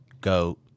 Goat